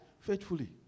faithfully